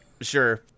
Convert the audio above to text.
Sure